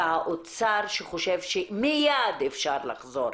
והאוצר שחושב שמיד אפשר לחזור